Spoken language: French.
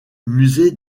musée